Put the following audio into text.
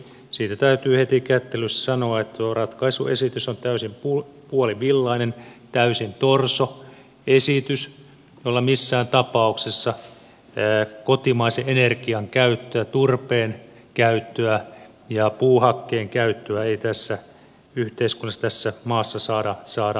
siitä täytyy heti kättelyssä sanoa että tuo ratkaisuesitys on täysin puolivillainen täysin torso esitys jolla missään tapauksessa kotimaisen energian käyttöä turpeen käyttöä ja puuhakkeen käyttöä ei tässä yhteiskunnassa tässä maassa saada lisättyä